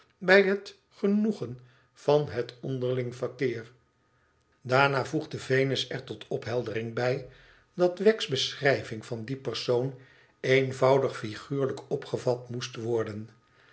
bij het genoegen van het onderling verkeer daarna voegde venus er tot opheldering bij dat wegg's beschrijving van dien persoon eenvoudig figuurlijk opgevat moest worden